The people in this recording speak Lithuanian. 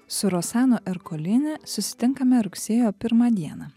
su rosano erkolini susitinkame rugsėjo pirmą dieną